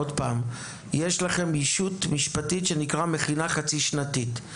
עוד פעם: יש לכם ישות משפטית שנקראת: "מכינה חצי-שנתית".